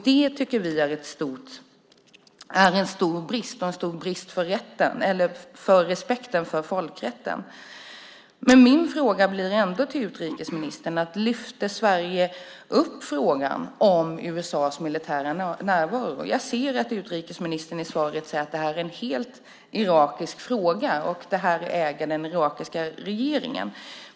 Det tycker vi är en stor brist i fråga om respekten för folkrätten. Min fråga blir ändå till utrikesministern: Lyfte Sverige fram frågan om USA:s militära närvaro? Jag ser att utrikesministern i svaret säger att det här är en helt irakisk fråga och att den ägs av den irakiska regeringen.